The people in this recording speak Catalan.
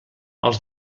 els